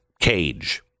cage